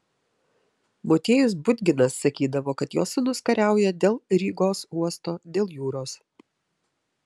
motiejus budginas sakydavo kad jo sūnus kariauja dėl rygos uosto dėl jūros